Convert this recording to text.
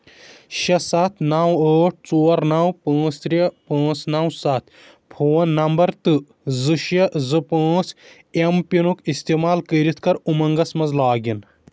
شےٚ سَتھ نو ٲٹھ ژور نو پانٛژھ ترٛے پانٛژھ نو سَتھ فون نمبر تہٕ زٕ شےٚ زٕ پانٛژھ ایم پِنُک استعمال کٔرِتھ کر اُمنٛگس مَنٛز لاگ اِن